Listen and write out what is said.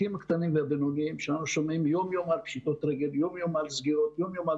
אנחנו שומעים כל יום על פשיטות רגל ועל סגירות ועל